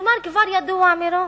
כלומר, כבר ידוע מראש,